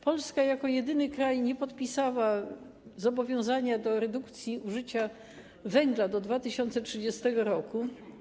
Polska jako jedyny kraj nie podpisała zobowiązania do redukcji użycia węgla do 2030 r.